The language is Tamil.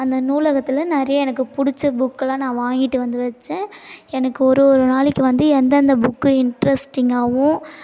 அந்த நூலகத்தில் நிறைய எனக்கு பிடிச்ச புக்கெலாம் நான் வாங்கிட்டு வந்து வைச்சேன் எனக்கு ஒரு ஒரு நாளைக்கு வந்து எந்தெந்த புக்கு இன்ட்ரஸ்டிங்காவும்